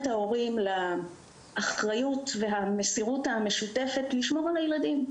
ההורים לאחריות והמסירות המשותפת בשמירת הילדים.